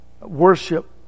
Worship